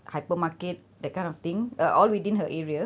hypermarket that kind of thing uh all within her area